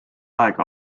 aega